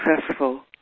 successful